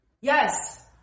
Yes